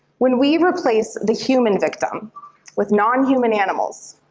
when we replace the human victim with non-human animals,